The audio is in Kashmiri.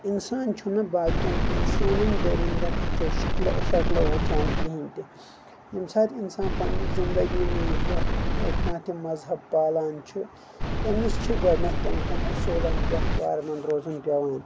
تہٕ انسان چھُنہٕ باقٮ۪ن انسانن دٔرنٛدن ہٕنٛدۍ شٕکلہٕ شکلہِ وٕچھان کہیٖنۍ تہِ ییٚمہِ ساتہٕ انسان پننہِ زندگی منٛزٕ کانٛہہ تہِ مذہب پالان چھُ تٔمِس چھِ گۄڈٕنٮ۪تھ تمہِ کٮ۪ن اصوٗلن پٮ۪ٹھ دارمنٛد روزُن پٮ۪وان